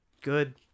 good